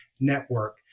network